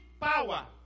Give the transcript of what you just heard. power